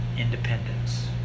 Independence